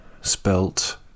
spelt